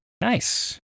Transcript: Nice